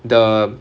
the